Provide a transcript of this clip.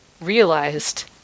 realized